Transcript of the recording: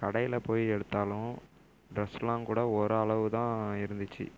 கடையில் போய் எடுத்தாலும் ட்ரெஸ்லாம் கூட ஒரு அளவு தான் இருந்துச்சு